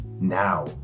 Now